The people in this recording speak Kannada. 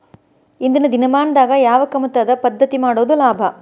ಇಂದಿನ ದಿನಮಾನದಾಗ ಯಾವ ಕಮತದ ಪದ್ಧತಿ ಮಾಡುದ ಲಾಭ?